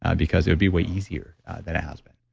because it would be way easier than it has been